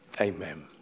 amen